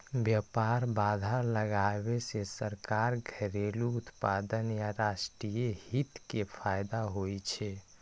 व्यापार बाधा लगाबै सं सरकार, घरेलू उत्पादक आ राष्ट्रीय हित कें फायदा होइ छै